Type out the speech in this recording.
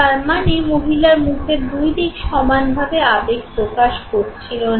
তার মানে মহিলার মুখের দুই দিক সমান ভাবে আবেগ প্রকাশ করছিল না